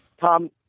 Tom